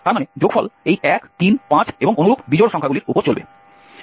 তার মানে যোগফল এই 1 3 5 এবং অনুরূপ বিজোড় সংখ্যাগুলির উপর চলবে